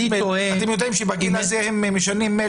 אתם יודעים שבגיל הזה, אם משנים מייל